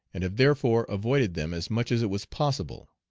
and have therefore avoided them as much as it was possible.